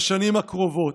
בשנים הקרובות.